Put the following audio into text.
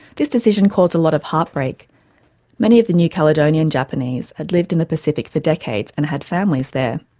this decision caused a lot of heartbreak many of the new caledonian japanese had lived in the pacific for decades and had families there.